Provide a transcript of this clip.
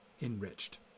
enriched